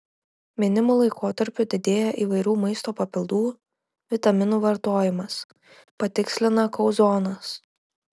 minimu laikotarpiu didėja įvairių maisto papildų vitaminų vartojimas patikslina kauzonas